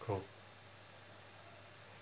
cool